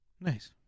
Nice